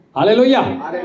Hallelujah